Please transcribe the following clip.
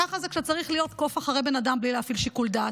ככה זה כשאתה צריך להיות קוף אחרי בן אדם בלי להפעיל שיקול דעת.